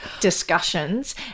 discussions